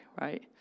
right